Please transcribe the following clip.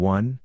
One